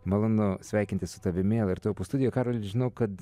malonu sveikintis su tavimi lrt opus studijoj karoli žinau kad